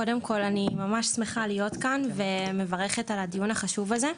קודם כל אני מאוד שמחה להיות כאן ומברכת על הדיון החשוב הזה.